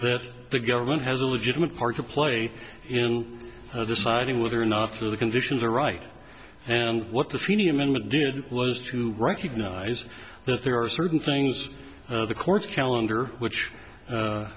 that the government has a legitimate part to play in deciding whether or not to the conditions are right and what the feni amendment did was to recognize that there are certain things the courts calendar which